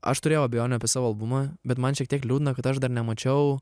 aš turėjau abejonių apie savo albumą bet man šiek tiek liūdna kad aš dar nemačiau